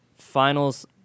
Finals